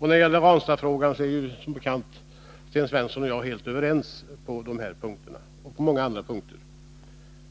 När det gäller Ranstadfrågan är som bekant Sten Svensson och jag helt överens på många punkter.